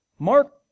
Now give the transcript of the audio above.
Mark